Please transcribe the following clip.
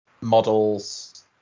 models